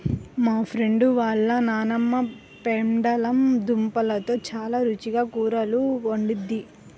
మా ఫ్రెండు వాళ్ళ నాన్నమ్మ పెండలం దుంపలతో చాలా రుచిగా కూరలు వండిద్ది